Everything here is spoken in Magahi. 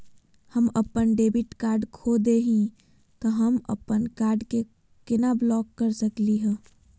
हम अपन डेबिट कार्ड खो दे ही, त हम अप्पन कार्ड के केना ब्लॉक कर सकली हे?